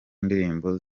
ndirimbo